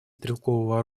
стрелкового